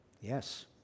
Yes